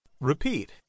Repeat